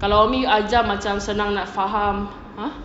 kalau umi ajar macam senang nak faham !huh!